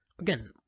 Again